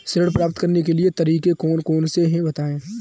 ऋण प्राप्त करने के तरीके कौन कौन से हैं बताएँ?